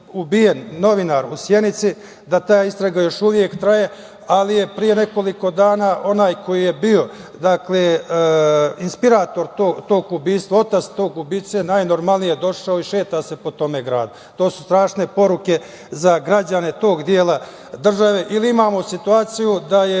novinar u Sjenici, da ta istraga još uvek traje, ali je pre nekoliko dana onaj koji je bio, dakle, inspirator tog ubistva, otac tog ubice najnormalnije došao i šeta se po tom gradu. To su strašne poruke za građane tog dela države. Ili imamo situaciju da je